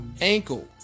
ankle